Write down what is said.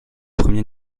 premier